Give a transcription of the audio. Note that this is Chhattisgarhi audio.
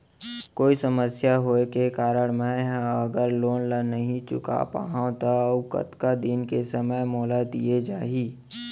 कोई समस्या होये के कारण मैं हा अगर लोन ला नही चुका पाहव त अऊ कतका दिन में समय मोल दीये जाही?